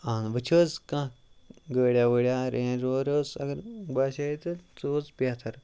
وٕچھ حظ کانٛہہ گٲڑیا وٲڑیا اگر رینٛج رووَر ٲس اگر باسے یہِ تہٕ سُہ اوس بہتر